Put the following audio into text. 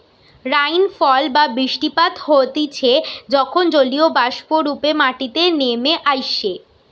rainfall বা বৃষ্টিপাত হতিছে যখন জলীয়বাষ্প রূপে মাটিতে নেমে আইসে